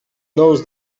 knows